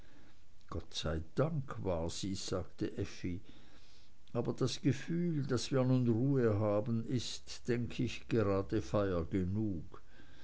gott sei dank war sie's sagte effi aber das gefühl daß wir nun ruhe haben ist denk ich gerade feier genug